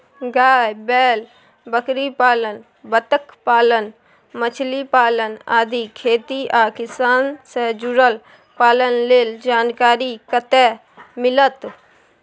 गाय, बैल, बकरीपालन, बत्तखपालन, मछलीपालन आदि खेती आ किसान से जुरल पालन लेल जानकारी कत्ते मिलत?